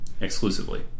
exclusively